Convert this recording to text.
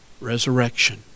resurrection